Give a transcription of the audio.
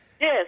Yes